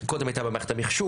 קודם הייתה בעיה במערכת המחשוב,